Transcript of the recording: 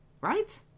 right